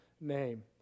name